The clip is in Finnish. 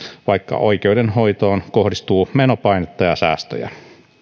että oikeudenhoitoon kohdistuu menopainetta ja säästöjä